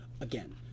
Again